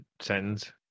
sentence